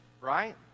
right